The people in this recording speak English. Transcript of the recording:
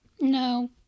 no